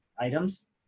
items